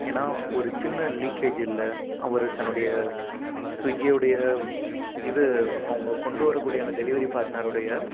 ஏன்னா ஒரு சின்ன லீக்கேஜ் இல்லை அவர் தன்னுடைய ஸ்விக்கி உடைய இது அவங்க கொண்டு வரக்கூடிய அந்த டெலிவரி பார்ட்னருடைய